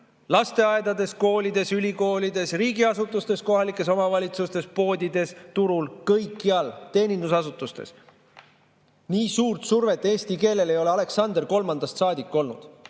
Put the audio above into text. Lasteaedades, koolides, ülikoolides, riigiasutustes, kohalikes omavalitsustes, poodides, turul, teenindusasutustes – kõikjal. Nii suurt survet eesti keelele ei ole olnud Aleksander III ajast saadik, kui